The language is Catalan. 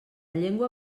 llengua